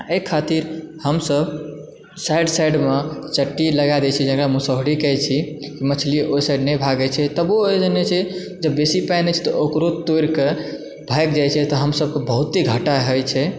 एहि ख़ातिर हमसब साइड साइड मे चपटी लगा दै छियै जेकरा मुशहरी कहै छियै मछली ओहिसॅं नहि भागै छै तबो एहिमे नहि छै जब बेसी पानि होइ छै तब ओकरो तोरि के भागि जाइ छै तब हमसब के बहुते घाटा होइ छै